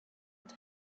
and